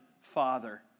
Father